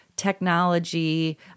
Technology